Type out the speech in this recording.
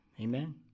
Amen